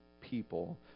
people